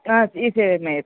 ஆ இசேவை மையத்தில்